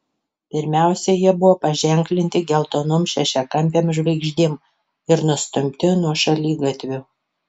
pirmiausia jie buvo paženklinti geltonom šešiakampėm žvaigždėm ir nustumti nuo šaligatvių